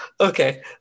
Okay